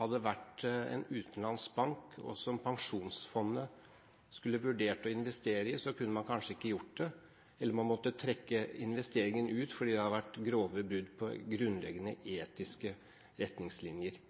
hadde vært en utenlandsk bank som Pensjonsfondet skulle vurdert å investere i, kunne man kanskje ikke gjort det, eller man måtte ha trukket investeringen ut, fordi det hadde vært grove brudd på grunnleggende etiske retningslinjer.